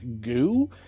goo